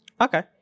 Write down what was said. Okay